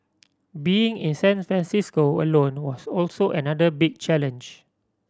being in San Francisco alone was also another big challenge